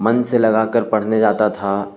من سے لگا کر پڑھنے جاتا تھا